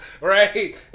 right